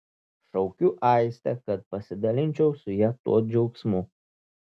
šaukiu aistę kad pasidalinčiau su ja tuo džiaugsmu